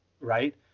right